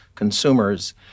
consumers